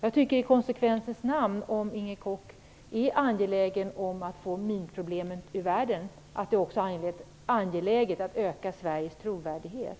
Om Inger Koch är angelägen om att få minproblemet ur världen tycker jag att det i konsekvensens namn också är angeläget att öka Sveriges trovärdighet.